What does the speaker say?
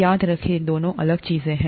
याद रखें ये दोनों अलग चीजें हैं